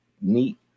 neat